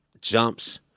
jumps